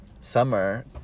summer